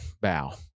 bow